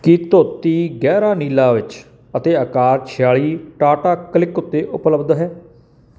ਕੀ ਧੋਤੀ ਗਹਿਰਾ ਨੀਲਾ ਵਿੱਚ ਅਤੇ ਇਕਾਹਠ ਛਿਆਲੀ ਟਾਟਾ ਕਲਿਕ ਉੱਤੇ ਉਪਲਬਧ ਹੈ